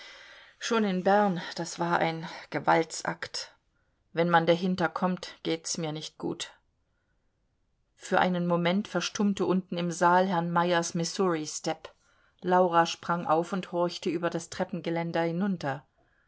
schon in bern das war ein gewaltsakt wenn man dahinterkommt geht's mir nicht gut für einen moment verstummte unten im saal herrn meyers missouri step laura sprang auf und horchte über das teppengeländer hinunter